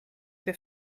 wir